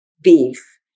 beef